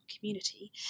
community